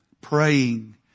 Praying